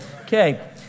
Okay